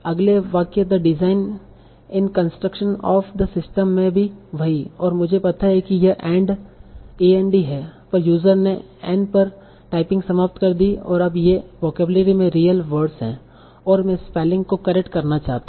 अगले वाक्य the design and construction of the system में भी वही और मुझे पता है की यह एंड है पर यूजर ने एन पर टाइपिंग समाप्त कर दी अब ये वोकेब्लरी में रियल वर्ड्स हैं और मैं स्पेलिंग को करेक्ट करना चाहता हूं